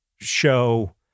show